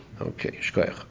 Okay